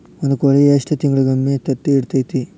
ಒಂದ್ ಕೋಳಿ ಎಷ್ಟ ತಿಂಗಳಿಗೊಮ್ಮೆ ತತ್ತಿ ಇಡತೈತಿ?